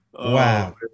wow